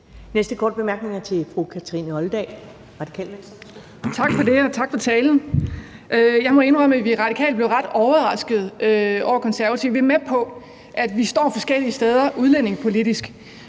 Venstre. Værsgo. Kl. 15:07 Kathrine Olldag (RV): Tak for det, og tak for talen. Jeg må indrømme, at vi i Radikale blev ret overraskede over Konservative. Vi er med på, at vi står forskellige steder udlændingepolitisk,